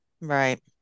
right